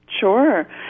Sure